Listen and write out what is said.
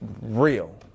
real